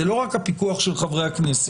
זה לא רק הפיקוח של חברי הכנסת.